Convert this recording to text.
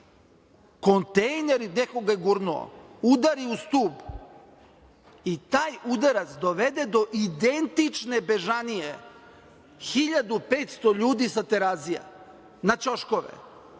kontejner, neko ga je gurnuo, je udario u stub i taj udarac dovede do identične bežanije 1.500 ljudi sa Terazija, na ćoškove.